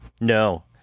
No